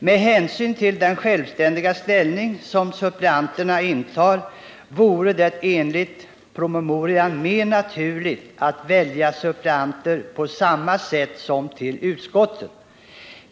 Med hänsyn till den självständiga ställning som suppleanterna intar vore det enligt promemorian mer naturligt att välja suppleanter på samma sätt som till utskotten.